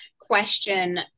question